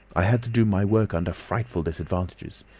i had to do my work under frightful disadvantages.